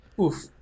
Oof